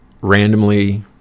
randomly